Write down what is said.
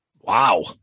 wow